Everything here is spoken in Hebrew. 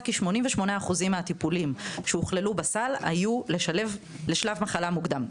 כי 88% מהטיפולים שהוכללו בסל היו לשלב מחלה מוקדם,